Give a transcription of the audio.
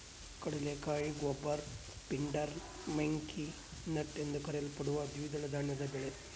ಕಡಲೆಕಾಯಿ goober pindar monkey nut ಎಂದೂ ಕರೆಯಲ್ಪಡುವ ದ್ವಿದಳ ಧಾನ್ಯದ ಬೆಳೆ